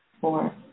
four